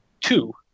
two